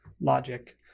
logic